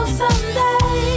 someday